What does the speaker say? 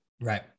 right